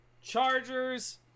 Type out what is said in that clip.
Chargers